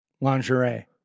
lingerie